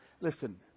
Listen